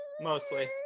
mostly